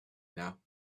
now